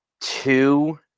two